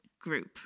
group